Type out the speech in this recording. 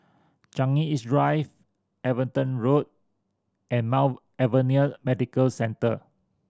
Changi East Drive Everton Road and Mount Alvernia Medical Centre